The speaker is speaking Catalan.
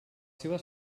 seves